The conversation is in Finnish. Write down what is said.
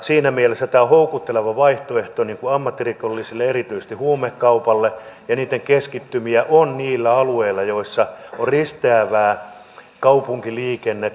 siinä mielessä tämä on houkutteleva vaihtoehto ammattirikollisille erityisesti huumekaupalle ja niitten keskittymisiä on niillä alueilla joilla on risteävää kaupunkiliikennettä